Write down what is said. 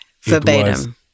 verbatim